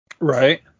Right